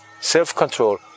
self-control